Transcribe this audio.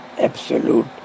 absolute